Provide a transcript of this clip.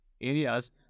areas